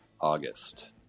August